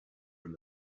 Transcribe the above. from